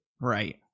Right